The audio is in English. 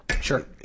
Sure